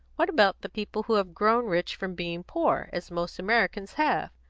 what about the people who have grown rich from being poor, as most americans have?